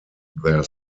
their